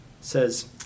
says